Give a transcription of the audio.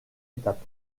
étape